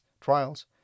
trials